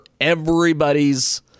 everybody's